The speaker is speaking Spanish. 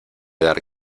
dar